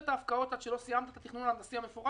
אתה לא עושה את ההפקעות עד שלא סיימת את התכנון ההנדסי המפורט,